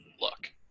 Look